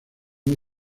muy